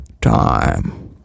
Time